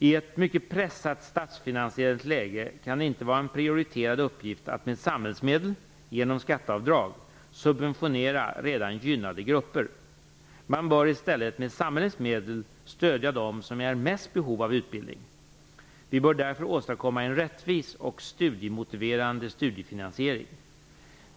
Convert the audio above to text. I ett mycket pressat statsfinansiellt läge kan det inte vara en prioriterad uppgift att med samhällsmedel - med hjälp av skatteavdrag - subventionera redan gynnade grupper. Man bör i stället med samhällets medel stödja dem som är mest i behov av utbildning. Vi bör därför åstadkomma en rättvis och studiemotiverande studiefinansiering.